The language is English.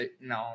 No